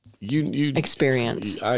experience